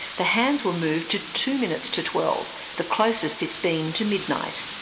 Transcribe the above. the hands were moved to two minutes to twelve, the closest it's been to midnight.